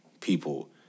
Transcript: people